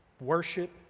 worship